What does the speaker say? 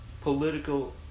political